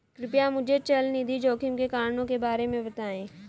कृपया मुझे चल निधि जोखिम के कारणों के बारे में बताएं